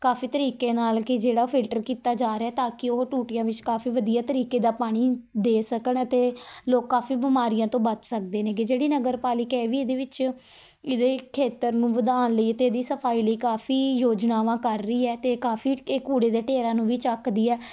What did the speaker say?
ਕਾਫੀ ਤਰੀਕੇ ਨਾਲ ਕੀ ਜਿਹੜਾ ਫਿਲਟਰ ਕੀਤਾ ਜਾ ਰਿਹਾ ਤਾਂ ਕਿ ਉਹ ਟੂਟੀਆਂ ਵਿੱਚ ਕਾਫੀ ਵਧੀਆ ਤਰੀਕੇ ਦਾ ਪਾਣੀ ਦੇ ਸਕਣ ਅਤੇ ਲੋਕ ਕਾਫੀ ਬਿਮਾਰੀਆਂ ਤੋਂ ਬਚ ਸਕਦੇ ਨੇ ਗੇ ਜਿਹੜੀ ਨਗਰਪਾਲਿਕਾ ਇਹ ਵੀ ਇਹਦੇ ਵਿੱਚ ਇਹਦੇ ਖੇਤਰ ਨੂੰ ਵਧਾਉਣ ਲਈ ਅਤੇ ਇਹਦੀ ਸਫਾਈ ਲਈ ਕਾਫੀ ਯੋਜਨਾਵਾਂ ਕਰ ਰਹੀ ਹੈ ਅਤੇ ਕਾਫੀ ਇਹ ਕੂੜੇ ਦੇ ਢੇਰਾਂ ਨੂੰ ਵੀ ਚੱਕਦੀ ਹੈ